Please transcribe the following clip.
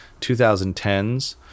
2010s